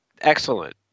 excellent